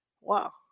Wow